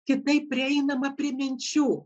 kitaip prieinama prie minčių